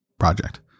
Project